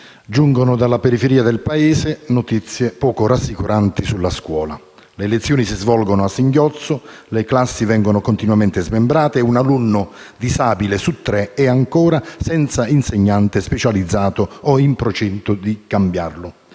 giungono dalla periferia del Paese notizie poco rassicuranti sulla scuola: le lezioni si svolgono a singhiozzo, le classi vengono continuamente smembrate e un alunno disabile su tre è ancora senza insegnante specializzato o in procinto di cambiarlo.